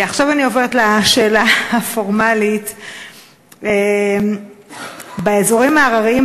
עכשיו אני עוברת לשאלה הפורמלית: באזורים ההרריים